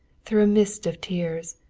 through a mist of tears,